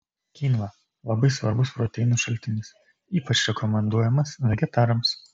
kynva labai svarbus proteinų šaltinis ypač rekomenduojamas vegetarams